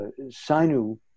sinu